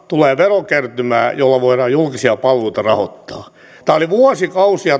tulee verokertymää jolla voidaan julkisia palveluita rahoittaa tämä oli vuosikausia